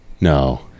No